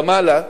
ומעלה,